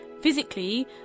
physically